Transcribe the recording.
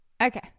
Okay